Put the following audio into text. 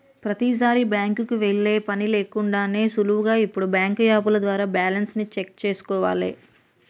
ప్రతీసారీ బ్యాంకుకి వెళ్ళే పని లేకుండానే సులువుగా ఇప్పుడు బ్యాంకు యాపుల ద్వారా బ్యాలెన్స్ ని చెక్ చేసుకోవాలే